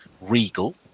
regal